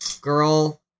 girl